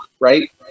right